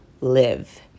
live